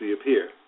appear